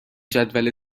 جدول